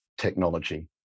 technology